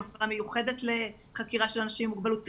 הכשרה מיוחדת לחקירה של אנשים עם מוגבלות שכלית.